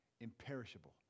imperishable